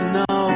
no